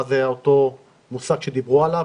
מה זה אותו מושג שדיברו עליו,